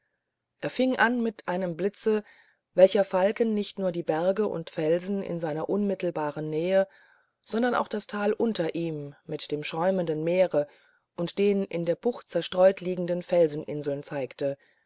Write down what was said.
er fing an mit einem blitze welcher falken nicht nur die berge und felsen in seiner unmittelbaren nähe sondern auch das tal unter ihm mit dem schäumenden meere und den in der bucht zerstreut liegenden felseninseln zeigte